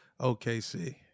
OKC